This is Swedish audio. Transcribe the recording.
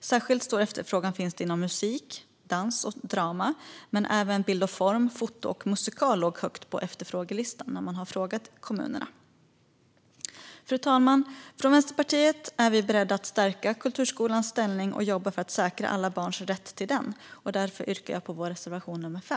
Särskilt stor efterfrågan finns det inom musik, dans och drama. Men även bild och form, foto och musikal låg högt på efterfrågelistan - det fann man när man frågade kommunerna. Fru talman! Från Vänsterpartiet är vi beredda att stärka kulturskolans ställning och jobba för att säkra alla barns rätt till den. Därför yrkar jag bifall till vår reservation nr 5.